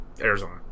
Arizona